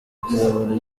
kuyobora